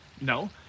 No